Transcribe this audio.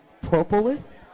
propolis